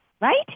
right